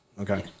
Okay